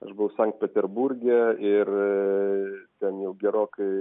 aš buvau sankt peterburge ir ten jau gerokai